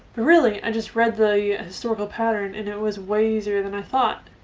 really i just read the historical pattern and it was way easier than i thought.